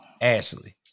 Ashley